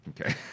Okay